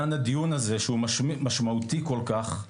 גם הדיון הזה שהוא משמעותי כל כך,